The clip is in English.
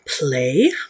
play